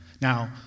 Now